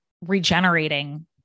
regenerating